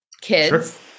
kids